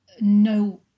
no